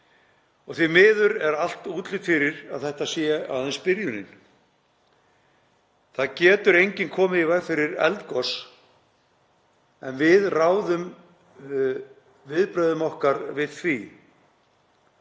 Því miður er allt útlit fyrir að þetta sé aðeins byrjunin. Það getur enginn komið í veg fyrir eldgos en við ráðum viðbrögðum okkar við því.